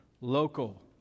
local